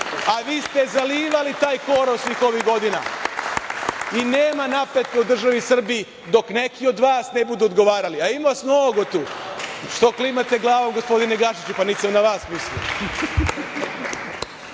a vi ste zalivali taj korov svih ovih godina. I nema napretka u državi Srbiji dok neki od vas ne budu odgovarali, a ima vas mnogo tu. Što klimate glavom, gospodine Gašiću? Pa, nisam na vas mislio. Možemo